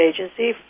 agency